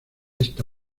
esta